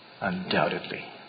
Undoubtedly